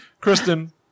Kristen